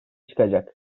çıkacak